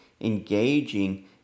engaging